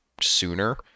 sooner